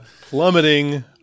Plummeting